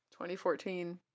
2014